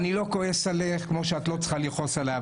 אני לא כועס עלייך כמו שאת לא צריכה לכעוס עליי.